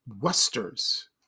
westerns